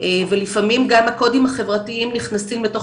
ולפעמים גם הקודים החברתיים נכנסים לתוך